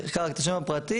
רק את השם הפרטי,